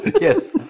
Yes